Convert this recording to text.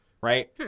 right